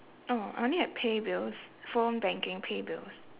oh I only have pay bills phone banking pay bills